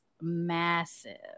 massive